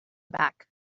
back